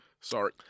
Sorry